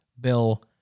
Bill